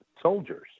soldiers